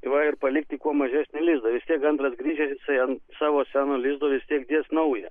va ir palikti kuo mažesni lizdą vis tiek gandras grįžęs jisai ant savo seno lizdo vis tiek dės naują